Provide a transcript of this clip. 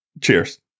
Cheers